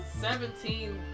seventeen